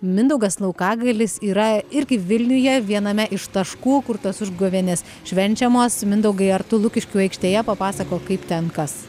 mindaugas laukagalis yra irgi vilniuje viename iš taškų kur tos užgavėnės švenčiamos mindaugai ar tu lukiškių aikštėje papasakok kaip ten kas